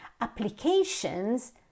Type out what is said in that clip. applications